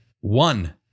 one